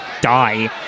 die